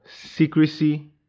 secrecy